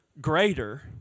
greater